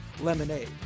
lemonade